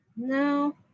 No